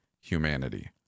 humanity